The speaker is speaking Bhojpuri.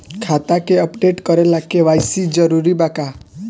खाता के अपडेट करे ला के.वाइ.सी जरूरी बा का?